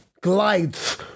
Glides